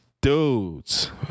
dudes